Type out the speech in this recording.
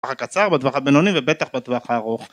בטווח הקצר בטווח הבינוני ובטח בטווח הארוך